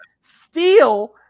steal